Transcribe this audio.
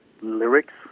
lyrics